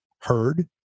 heard